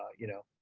you know,